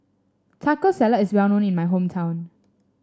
Taco Salad is well known in my hometown